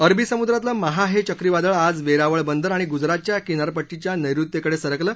अरबी सम्द्रातलं महा हे चक्री वादळ आज वेरावळ बंदर आणि ग्जरातच्या किनारपट्टीच्या नैऋत्येकडे सरकलं